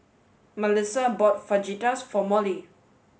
Malissa bought Fajitas for Mollie